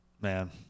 man